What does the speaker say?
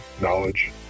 Knowledge